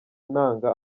ntanga